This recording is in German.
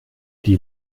die